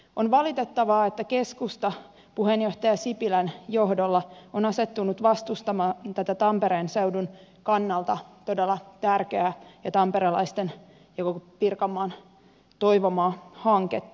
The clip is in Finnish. on valitettavaa että keskusta puheenjohtaja sipilän johdolla on asettunut vastustamaan tätä tampereen seudun kannalta todella tärkeää ja tamperelaisten ja koko pirkanmaan toivomaa hanketta